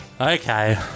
Okay